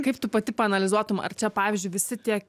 kaip tu pati paanalizuotum ar čia pavyzdžiui visi tie